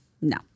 No